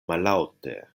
mallaŭte